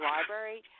Library